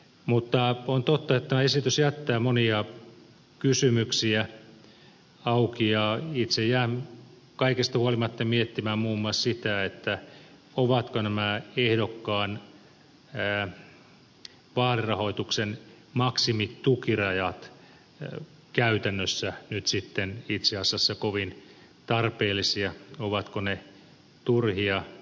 mutta on totta että tämä esitys jättää monia kysymyksiä auki ja itse jään kaikesta huolimatta miettimään muun muassa sitä ovatko nämä ehdokkaan vaalirahoituksen maksimitukirajat käytännössä nyt itse asiassa kovin tarpeellisia ovatko ne turhia